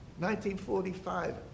1945